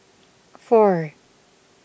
four